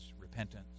repentance